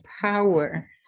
power